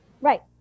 right